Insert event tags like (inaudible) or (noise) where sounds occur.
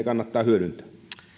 (unintelligible) kannattaa hyödyntää